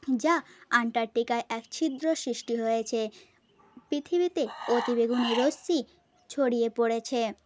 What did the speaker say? যা আন্টারটিকায় এক ছিদ্র সৃষ্টি হয়েছে পৃথিবীতে অতি বেগুনি রশ্মি ছড়িয়ে পড়েছে